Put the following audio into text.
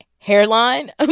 hairline